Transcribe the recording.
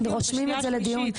שלישית,